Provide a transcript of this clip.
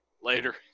later